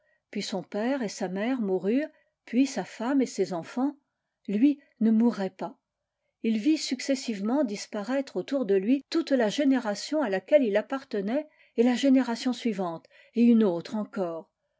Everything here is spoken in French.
puis son père et sa mère moururent puis sa femme et ses enfants lui ne mourait pas il vit successivement disparaître autour de lui toute la génération à laquelle il appartenait et la génération suivante et une autre encore